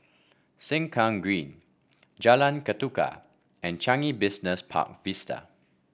Sengkang Green Jalan Ketuka and Changi Business Park Vista